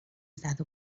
زدو